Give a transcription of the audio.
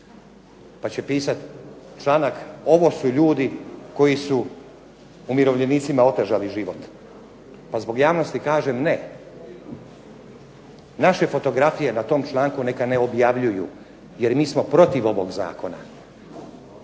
pa će pisati članak ovo su ljudi koji su umirovljenicima otežali život, pa zbog javnosti kažem ne. Naše fotografije na tom članku neka ne objavljuju jer mi smo protiv ovog Zakona,